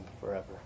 forever